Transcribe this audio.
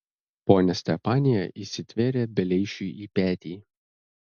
ponia stepanija įsitvėrė beleišiui į petį